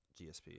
GSP